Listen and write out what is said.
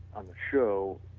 on the show,